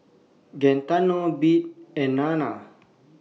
Gaetano Bee and Nana